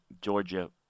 Georgia